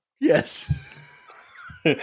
Yes